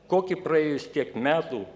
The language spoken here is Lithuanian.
kokį praėjus tiek metų